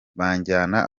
banjyana